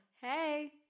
Hey